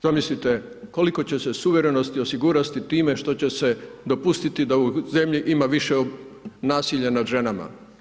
Što mislite, koliko će se suvremenosti osigurati time, što će se dopustiti time da u zemlji ima više nasilja nad ženama.